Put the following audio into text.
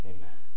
Amen